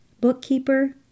bookkeeper